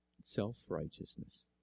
self-righteousness